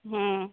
ହଁ